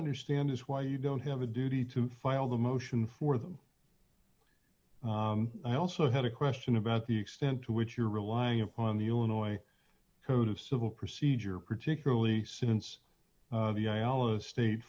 understand is why you don't have a duty to file the motion for them i also had a question about the extent to which you're relying on the you annoy code of civil procedure particularly since the iowa state